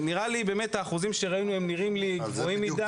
האחוזים שראינו נראים לי גבוהים מדי.